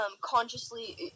consciously